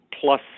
plus